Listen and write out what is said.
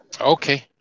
Okay